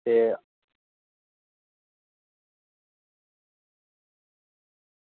ते